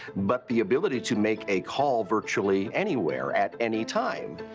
but the ability to make a call virtually anywhere at any time.